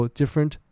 different